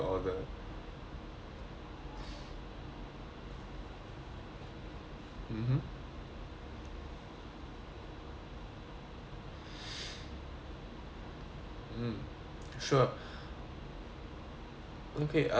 mmhmm mm sure oka uh